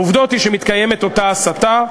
העובדות הן שמתקיימת אותה הסתה,